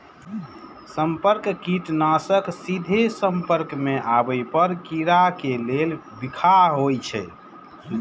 संपर्क कीटनाशक सीधे संपर्क मे आबै पर कीड़ा के लेल बिखाह होइ छै